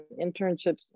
internships